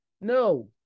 no